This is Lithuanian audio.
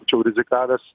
būčiau rizikavęs